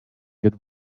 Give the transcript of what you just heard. get